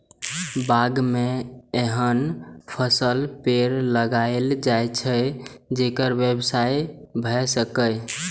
बाग मे एहन फलक पेड़ लगाएल जाए छै, जेकर व्यवसाय भए सकय